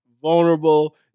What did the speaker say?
vulnerable